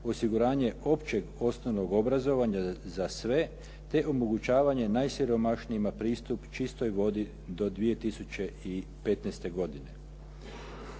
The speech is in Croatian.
osiguranje općeg osnovnog obrazovanja za sve te omogućavanje najsiromašnijima pristup čistoj vodi do 2015. godine.